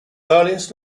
earliest